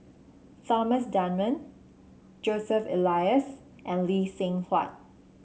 Thomas Dunman Joseph Elias and Lee Seng Huat